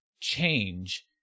change